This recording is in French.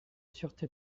sûreté